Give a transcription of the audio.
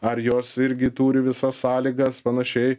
ar jos irgi turi visas sąlygas panašiai